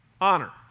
honor